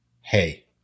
hey